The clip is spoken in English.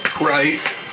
right